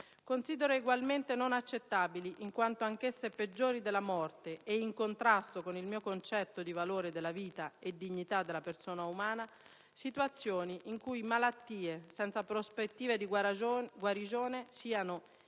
Considero egualmente non accettabili, in quanto anch'esse peggiori della morte e in contrasto con il mio concetto di valore della vita e dignità della persona umana, situazioni in cui malattie senza prospettive di guarigione siano inutilmente